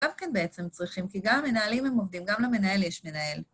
גם כן בעצם צריכים, כי גם מנהלים הם עובדים, גם למנהל יש מנהל.